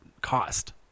cost